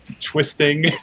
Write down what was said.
twisting